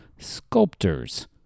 Sculptors